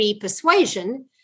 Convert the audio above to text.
persuasion